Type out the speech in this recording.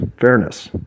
fairness